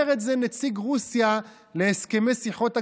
אומר את זה נציג רוסיה להסכמי שיחות הגרעין,